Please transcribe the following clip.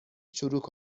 چروک